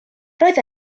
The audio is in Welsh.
roedd